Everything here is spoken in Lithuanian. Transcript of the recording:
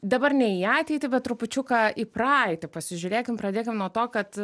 dabar ne į ateitį bet trupučiuką į praeitį pasižiūrėkim pradėkim nuo to kad